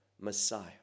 messiah